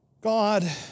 God